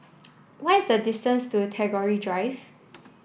what is the distance to Tagore Drive